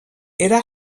era